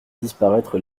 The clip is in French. disparaître